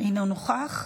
אינו נוכח.